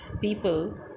people